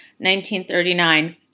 1939